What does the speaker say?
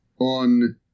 on